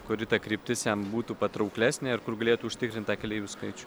kuri ta kryptis jam būtų patrauklesnė ir kur galėtų užtikrint tą keleivių skaičių